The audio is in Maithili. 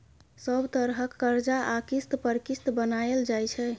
सब तरहक करजा आ किस्त पर किस्त बनाएल जाइ छै